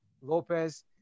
Lopez